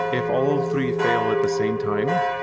if all three fail at the same time,